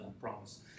promise